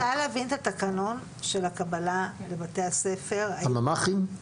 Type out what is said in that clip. אני רוצה להבין את התקנון של הקבלה לבתי הספר הממ"חים.